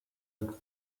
aka